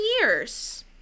years